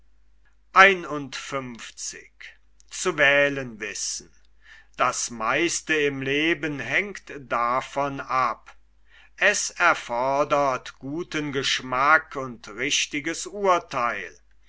das meiste im leben hängt davon ab es erfordert guten geschmack und richtiges urtheil